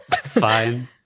Fine